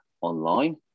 online